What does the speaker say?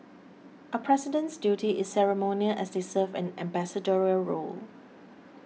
a president's duty is ceremonial as they serve an ambassadorial role